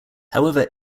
however